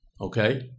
okay